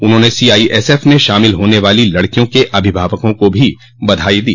उन्होंने सीआईएसएफ में शामिल होने वाली लड़कियों के अभिभावकों को भी बधाई दी